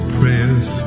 prayers